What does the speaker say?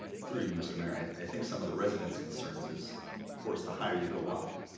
through you mr. mayor, i think some of the residents' concerns is of course the higher you go up,